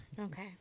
Okay